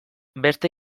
beste